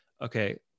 okay